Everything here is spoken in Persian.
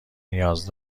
نیاز